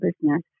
business